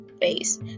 face